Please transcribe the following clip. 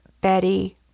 Betty